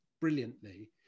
brilliantly